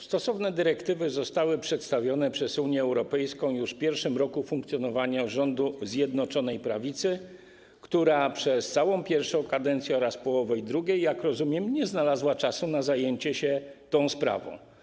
Stosowne dyrektywy zostały przedstawione przez Unię Europejską już w pierwszym roku funkcjonowania rządu Zjednoczonej Prawicy, która przez całą pierwszą kadencję oraz połowę drugiej, jak rozumiem, nie znalazła czasu na zajęcie się tą sprawą.